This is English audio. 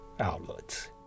outlets